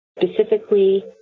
specifically